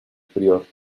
prior